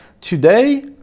today